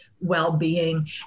well-being